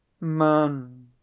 Man